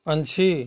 पंछी